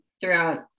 throughout